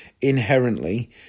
inherently